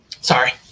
Sorry